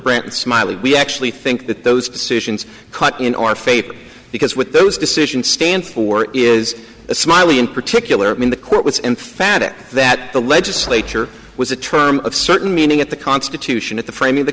hildebrandt smiley we actually think that those decisions cut in our fate because with those decisions stand for is a smiley in particular when the court was emphatic that the legislature was a term of certain meaning at the constitution at the frame of the